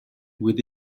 with